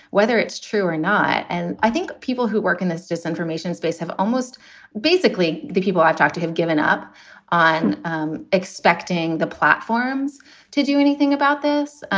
whether it's true or not. and i think people who work in this disinformation space have almost basically the people i've talked to have given up on um expecting the platforms to do anything about this.